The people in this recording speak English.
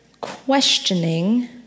questioning